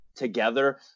together